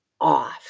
off